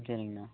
ம் சரிங்கண்ணா